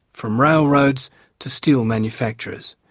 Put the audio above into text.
from railroads to steel manufacturers.